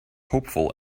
hopeful